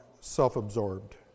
self-absorbed